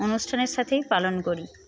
অনুষ্ঠানের সাথেই পালন করি